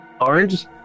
Orange